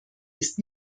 ist